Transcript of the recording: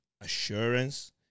assurance